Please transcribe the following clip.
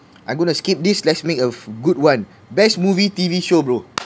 I'm going to skip this let's make a good one best movie T_V show bro